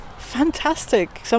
Fantastic